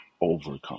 overcome